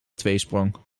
tweesprong